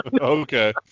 okay